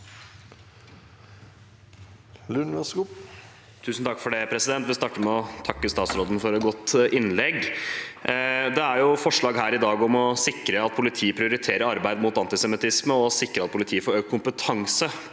Lund (R) Jeg vil starte med å takke statsråden for et godt innlegg. Det er forslag her i dag om å sikre at politiet prioriterer arbeid mot antisemittisme, og å sikre at politiet får økt kompetanse